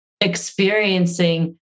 experiencing